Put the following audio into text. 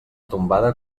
tombada